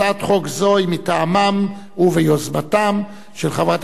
הצעת חוק זו היא מטעמם וביוזמתם של חברת